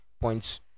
points